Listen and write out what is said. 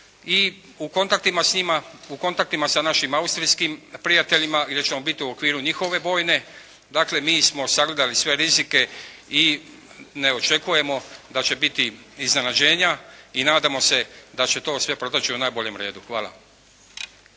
u kontaktima sa našim austrijskim prijateljima gdje ćemo biti u okviru njihove bojne, dakle, mi smo sagledali sve rizike i ne očekujemo da će biti iznenađenja. I nadamo se da će to sve proteći u najboljem redu. Hvala.